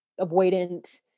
avoidant